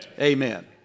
Amen